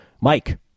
Mike